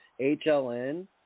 HLN